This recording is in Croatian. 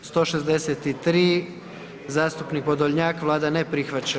163. zastupnik Podolnjak Vlada ne prihvaća.